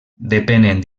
depenen